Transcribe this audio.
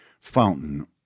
Fountain